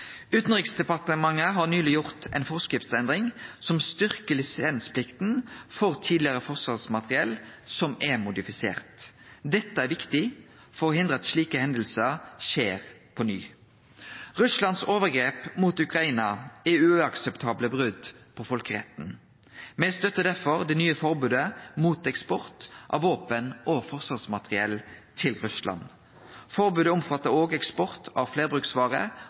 Utanriksdepartementet har nyleg gjort ei forskriftsendring som styrkjer lisensplikta for tidlegare forsvarsmateriell som er modifisert. Dette er viktig for å hindre at slike hendingar skjer på ny. Russlands overgrep mot Ukraina er uakseptable brot på folkeretten. Me støttar derfor det nye forbodet mot eksport av våpen og forsvarsmateriell til Russland. Forbodet omfattar òg eksport av fleirbruksvarer